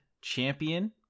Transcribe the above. Champion